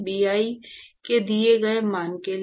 Bi के दिए गए मान के लिए